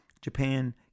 Japan